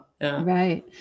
Right